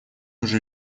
уже